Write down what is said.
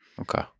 Okay